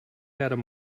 had